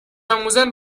آموزان